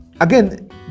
Again